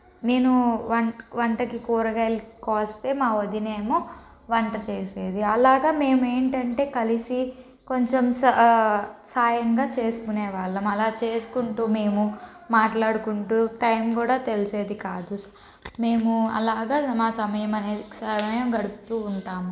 నేను వం వంటకి కూరగాయలు కోస్తే మా వదిన ఏమో వంట చేసేది అలాగా మేము ఏంటంటే కలిసి కొంచెం సాయంగా చేసుకునే వాళ్ళము అలా చేసుకుంటూ మేము మాట్లాడుకుంటూ టైం కూడా తెలిసేది కాదు మేము అలాగా మా సమయం అనేది సమయం గడుపుతూ ఉంటాము